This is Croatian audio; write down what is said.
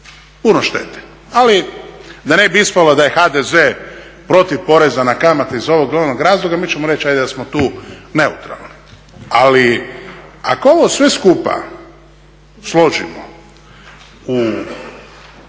puno štete. Ali da ne bi ispalo da je HDZ protiv poreza na kamate iz ovog ili onog razloga mi ćemo reći hajde da smo tu neutralni. Ali ako ovo sve skupa složimo u